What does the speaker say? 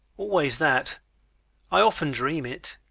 always that i often dream it.